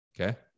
okay